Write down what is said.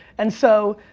and so,